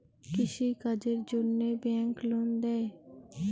কৃষি কাজের জন্যে ব্যাংক লোন দেয়?